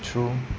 true